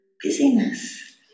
busyness